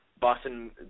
Boston